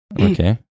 Okay